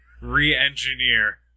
re-engineer